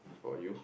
for you